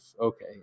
okay